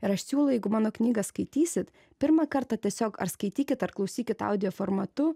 ir aš siūlau jeigu mano knygą skaitysit pirmą kartą tiesiog ar skaitykit ar klausykit audio formatu